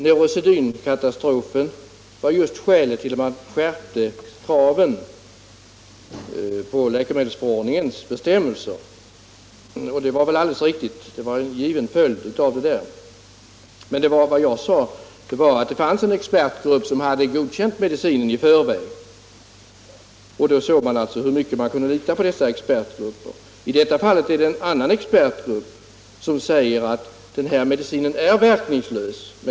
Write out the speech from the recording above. Neurosedynkatastrofen var just skälet till att man skärpte kraven i läkemedelsförordningens bestämmelser, sade socialministern, och det är väl alldeles riktigt; det var en given följd av vad som hände. Vad jag sade var emellertid att en expertgrupp hade godkänt den medicinen i förväg. Där såg man alltså hur mycket man kan lita på expertgrupper. I detta fall är det en annan expertgrupp som säger att den här medicinen är verkningslös.